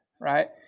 right